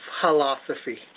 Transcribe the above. philosophy